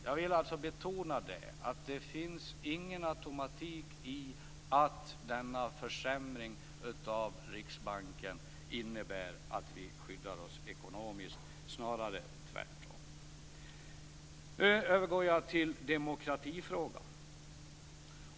Jag vill alltså betona att det inte finns någon automatik i att denna försämring av Riksbanken innebär att vi skyddar oss ekonomiskt - snarare tvärtom. Nu övergår jag till demokratifrågan.